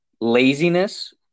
laziness